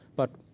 but